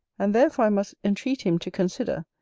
and therefore i must entreat him to consider,